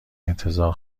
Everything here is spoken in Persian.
انتظار